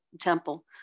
temple